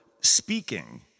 speaking